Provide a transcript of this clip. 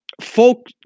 folk